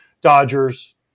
Dodgers